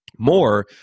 More